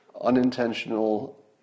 unintentional